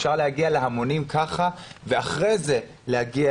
אפשר להגיע כך להמונים ואחרי כן להגיע